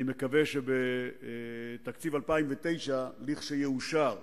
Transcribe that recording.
אני מקווה שבתקציב 2009, לכשיאושר,